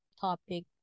topic